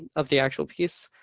of the actual piece.